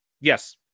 Yes